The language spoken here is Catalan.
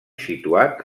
situat